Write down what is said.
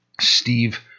Steve